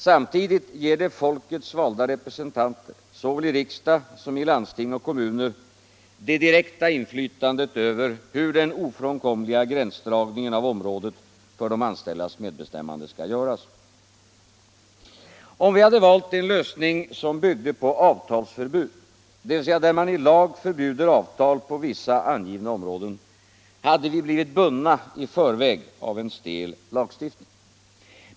Samtidigt ger det folkets valda representanter, i såväl riksdag som landsting och kommuner, det direkta inflytandet över hur den ofrånkomliga gränsdragningen av området för de anställdas medbestämmande skall göras. Om vi hade valt en lösning som byggde på avtalsförbud, dvs. där man i lag förbjuder avtal på vissa angivna områden, hade vi blivit bundna i förväg av en stel lagstiftning.